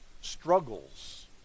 struggles